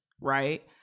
right